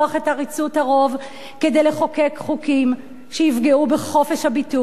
עריצות הרוב כדי לחוקק חוקים שיפגעו בחופש הביטוי,